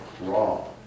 raw